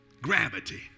Gravity